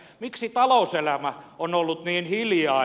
miksi talouselämä on ollut niin hiljaa